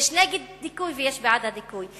יש נגד דיכוי ויש בעד הדיכוי.